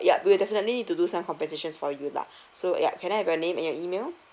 yup we'll definitely need to do some compensation for you lah so ya can I have your name and your email